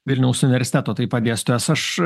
vilniaus universiteto tai padėstytojas aš